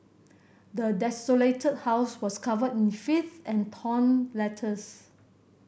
the desolated house was covered in filth and torn letters